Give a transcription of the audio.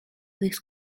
this